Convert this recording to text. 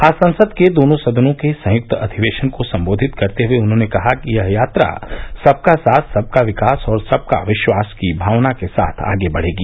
आज संसद के दोनों सदनों के संयुक्त अधिवेशन को संबोधित करते हुए उन्होंने कहा कि यह यात्रा सबका साथ सबका विकास और सबका विश्वास की भावना के साथ आगे बढ़ेगी